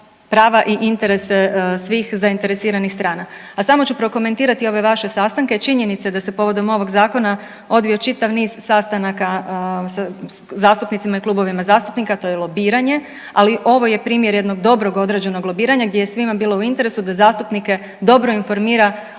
i interes svih zainteresiranih strana. A samo ću prokomentirati ove vaše sastanke, činjenica da se povodom ovog zakona odvio čitav niz sastanaka sa zastupnicima i klubovima zastupnika, to je lobiranje, ali ovo je primjer jednog dobrog određenog lobiranja gdje je svima bilo u interesu da zastupnike dobro informira o